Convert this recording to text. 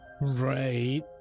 Right